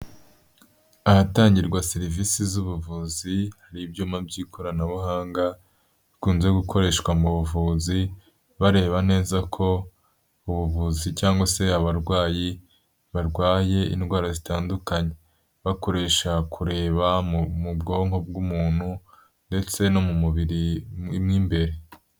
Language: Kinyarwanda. Ahatangirwa serivisi z'ubuvuzi, hari ibyuma by'ikoranabuhanga, bikunze gukoreshwa mu buvuzi, bareba neza ko ubuvuzi cyangwa se abarwayi barwaye indwara zitandukanye, bakoresha kureba mu bwonko bw'umuntu ndetse no mu mubiri mu imbere.